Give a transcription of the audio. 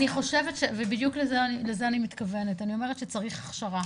אני אומרת שאני בדיוק לזה מתכוונת, חייבים הכשרה.